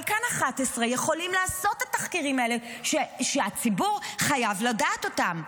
אבל כאן 11 יכולים לעשות את התחקירים האלה שהציבור חייב לדעת אותם.